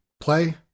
play